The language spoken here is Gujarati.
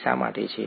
તે શા માટે છે